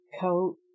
coat